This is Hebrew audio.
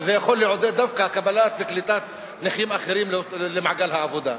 שיכול דווקא לעודד קליטת נכים אחרים למעגל העבודה.